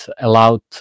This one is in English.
allowed